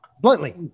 bluntly